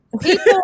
people